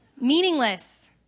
meaningless